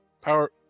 power